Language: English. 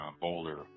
Boulder